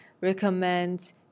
recommend